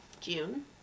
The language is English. June